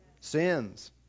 sins